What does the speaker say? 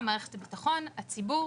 הממשלה, מערכת הביטחון, הציבור